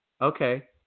Okay